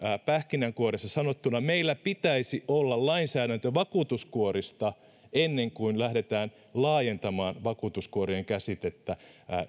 pähkinänkuoressa sanottuna meillä pitäisi olla lainsäädäntö vakuutuskuorista ennen kuin lähdetään laajentamaan vakuutuskuorien käsitettä